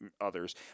others